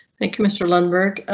thank you, mr lundberg,